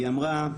היא אמרה: